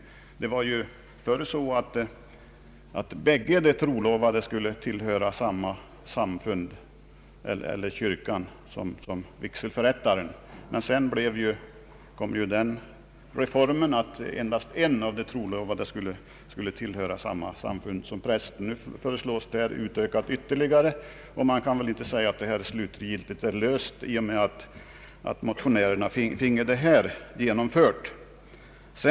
Förr skulle båda de trolovade tillhöra samma trossamfund eller kyrka som vigselförrättaren, men sedan genomfördes den reformen att endast en av de trolovade behövde tillhöra samma samfund som prästen. Nu föreslås detta utökat ytterligare, och man kan väl inte säga att problemet slutgiltigt är löst i och med att motionärerna finge detta förslag genomfört.